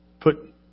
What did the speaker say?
Put